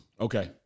Okay